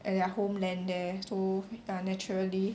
at their homeland there so uh naturally